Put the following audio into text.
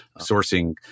sourcing